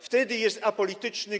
Wtedy jest apolityczny.